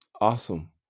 awesome